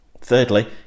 Thirdly